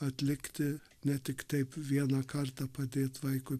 atlikti ne tik taip vieną kartą padėt vaikui